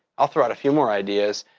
i'll throw out a few more ideas,